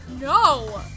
no